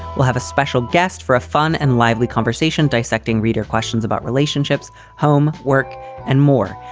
we'll have a special guest for a fun and lively conversation dissecting reader questions about relationships, home work and more.